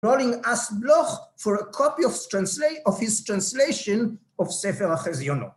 רולינג אסט בלוך, for a copy of his translation of Sefer HaChezionot.